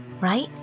right